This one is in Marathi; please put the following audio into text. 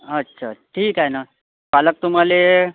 अच्छा ठीक आहे ना पालक तुम्हाला